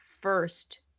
first